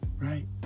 right